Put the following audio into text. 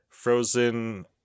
Frozen